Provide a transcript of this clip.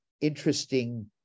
interesting